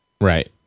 Right